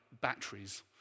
batteries